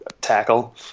tackle